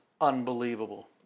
unbelievable